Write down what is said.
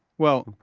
well,